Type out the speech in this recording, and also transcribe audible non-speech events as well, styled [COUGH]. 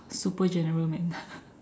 super general man [BREATH]